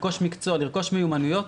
מקצוע ומיומנויות,